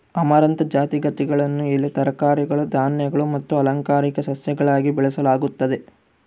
amaranth ಜಾತಿಗಳನ್ನು ಎಲೆ ತರಕಾರಿಗಳು ಧಾನ್ಯಗಳು ಮತ್ತು ಅಲಂಕಾರಿಕ ಸಸ್ಯಗಳಾಗಿ ಬೆಳೆಸಲಾಗುತ್ತದೆ